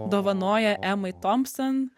dovanoja emai tompson